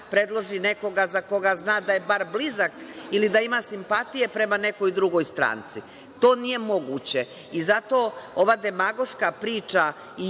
predloži nekoga za koga zna da je bar blizak ili da ima simpatije prema nekoj drugoj stranci? To nije moguće. I zato ova demagoška priča